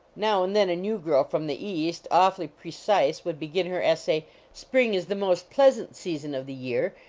now and then a new girl, from the east, awfully pre cise, would begin her essay spring is the most pleasant season of the year,